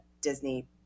Disney